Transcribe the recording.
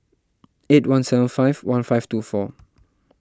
eight one seven five one five two four